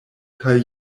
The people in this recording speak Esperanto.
kaj